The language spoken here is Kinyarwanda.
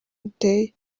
ateye